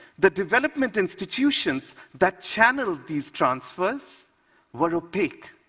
the development institutions that channeled these transfers were opaque,